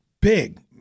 big